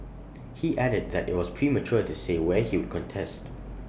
he added that IT was premature to say where he would contest